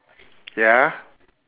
ya